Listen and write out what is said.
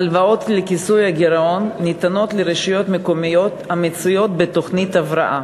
הלוואות לכיסוי הגירעון ניתנות לרשויות מקומיות המצויות בתוכנית הבראה.